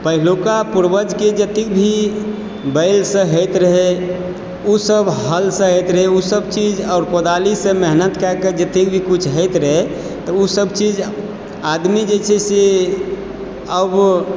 पहिलुका पूर्वजके जतेक भी बैलसँ होयत रहय ओसभ हलसँ होयत रहय ओसभ चीज आओर कोदारिसँ मेहनत कएकऽ जतेक भी कुछ होयत रहय तऽ ओसभ चीज आदमी जे छै से अब